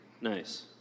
nice